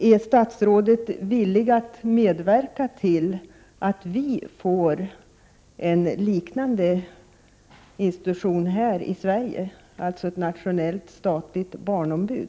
Är statsrådet villig att medverka till att Sverige får en liknande institution, dvs. ett nationellt statligt barnombud?